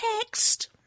text